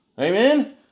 amen